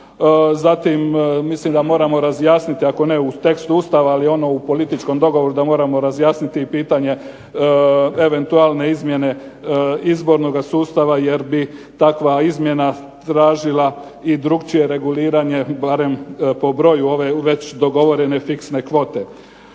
Zatim mislim da moramo razjasniti, ako ne u tekstu Ustava, ali ono u političkom dogovoru da moramo razjasniti i pitanje eventualne izmjene izbornoga sustava jer bi takva izmjena tražila i drukčije reguliranje barem po broju ove već dogovorene fiksne kvote.